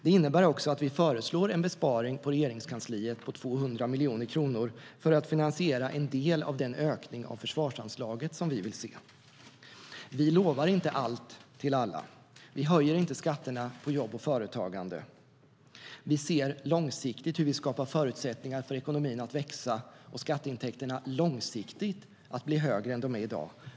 Det innebär också att vi föreslår en besparing på Regeringskansliet på 200 miljoner kronor för att finansiera en del av den ökning av försvarsanslaget som vi vill se. Vi lovar inte allt till alla. Vi höjer inte skatterna på jobb och företagande. Vi ser långsiktigt hur vi skapar förutsättningar för ekonomin att växa och skatteintäkterna långsiktigt att bli högre än de är i dag.